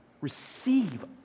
receive